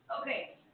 Okay